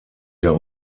der